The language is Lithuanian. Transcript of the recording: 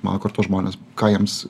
mano kartos žmonės ką jiems